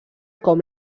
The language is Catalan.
com